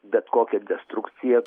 bet kokią destrukciją